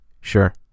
Sure